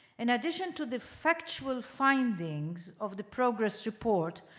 in addition to the factual findings of the progress report,